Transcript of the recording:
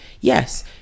yes